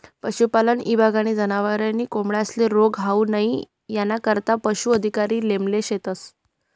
पशुपालन ईभागनी जनावरे नी कोंबड्यांस्ले रोग होऊ नई यानाकरता पशू अधिकारी नेमेल शेतस